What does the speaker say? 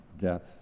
death